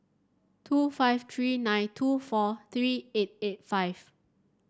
two five three nine two four three eight eight five